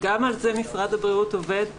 גם על זה משרד הבריאות עובד,